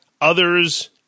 others